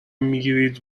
میگیرید